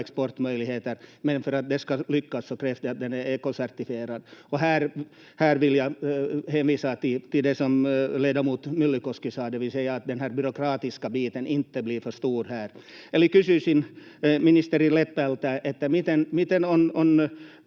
exportmöjligheter. Men för att det ska lyckas krävs det att den är ekocertifierad. Här vill jag hänvisa till det ledamot Myllykoski sade, det vill säga att den här byråkratiska biten inte blir för stor här. Eli kysyisin ministeri Lepältä, miten on: